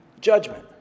judgment